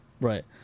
Right